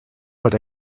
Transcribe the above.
what